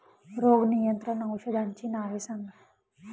रोग नियंत्रण औषधांची नावे सांगा?